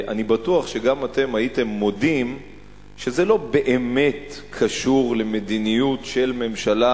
אני בטוח שגם אתם הייתם מודים שזה לא באמת קשור למדיניות של ממשלה